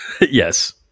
Yes